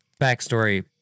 backstory